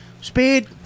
speed